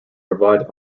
provide